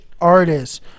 artists